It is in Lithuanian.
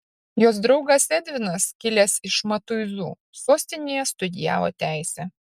jos draugas edvinas kilęs iš matuizų sostinėje studijavo teisę